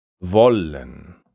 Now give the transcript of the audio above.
Wollen